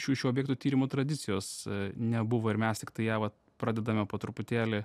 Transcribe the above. šių šių objektų tyrimų tradicijos nebuvo ir mes tiktai ja vat pradedame po truputėlį